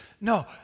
No